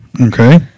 Okay